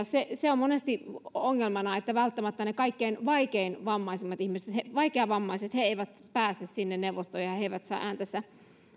se se on monesti ongelmana että välttämättä ne kaikkein vaikeimmin vammaiset ihmiset vaikeavammaiset eivät pääse sinne neuvostoon eivätkä saa ääntänsä